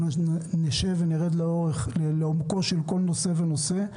נשב ונרד לעומקו של כל נושא ונושא.